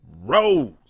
Rose